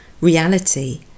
reality